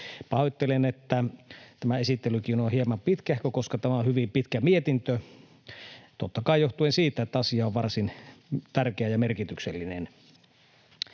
pahoittelen, että tämä esittelykin on hieman pitkähkö, koska tämä on hyvin pitkä mietintö, totta kai johtuen siitä, että asia on varsin tärkeä ja merkityksellinen: